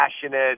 passionate